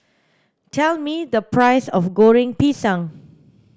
tell me the price of goreng pisang